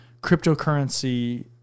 cryptocurrency